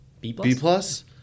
B-plus